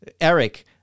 Eric